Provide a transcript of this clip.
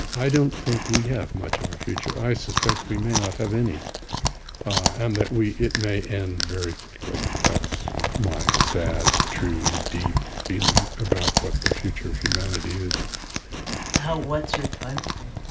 i don't think we have much of a future. i suspect we may not have any and that we it may end very quickly. that's my sad, true, deep feeling about what the future of humanity is how what's your time frame?